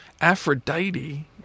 Aphrodite